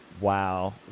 wow